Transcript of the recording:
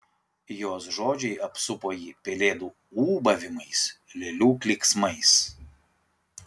jos žodžiai apsupo jį pelėdų ūbavimais lėlių klyksmais